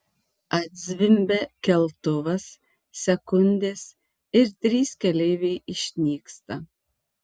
atzvimbia keltuvas sekundės ir trys keleiviai išnyksta